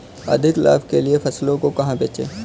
अधिक लाभ के लिए फसलों को कहाँ बेचें?